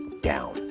down